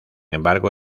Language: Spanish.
embargo